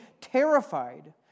terrified